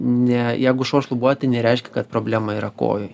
ne jeigu šuo šlubuoja tai nereiškia kad problema yra kojoj